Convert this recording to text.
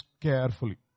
carefully